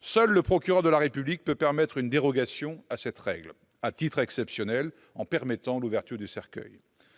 Seul le procureur de la République peut autoriser une dérogation à cette règle, à titre exceptionnel, en permettant l'ouverture du cercueil.